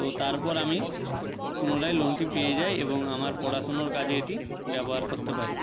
তো তারপর আমি পুনরায় লোনটি পেয়ে যাই এবং আমার পড়াশুনোর কাজে এটি ব্যবহার করতে পারি